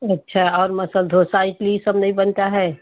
अच्छा और मसाला डोसा इटली ये सब नहीं बनता है